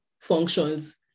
functions